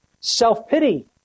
self-pity